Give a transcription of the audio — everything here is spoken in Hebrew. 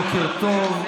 בוקר טוב.